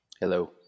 Hello